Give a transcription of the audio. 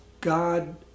God